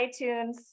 itunes